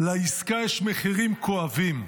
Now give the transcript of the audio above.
לעסקה יש מחירים כואבים,